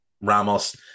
Ramos